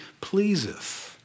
pleaseth